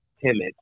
timid